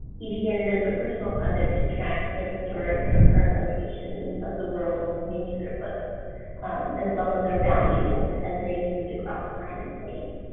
he began it as a personal project to track the historic and current location of the world manuscript books as well as their value as they moved across time in place.